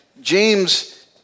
James